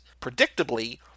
predictably